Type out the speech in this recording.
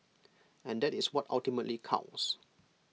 and that is what ultimately counts